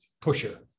pusher